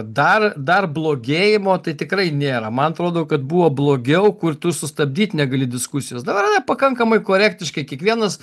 dar dar blogėjimo tai tikrai nėra man atrodo kad buvo blogiau kur tu sustabdyt negali diskusijos dabar yra pakankamai korektiškai kiekvienas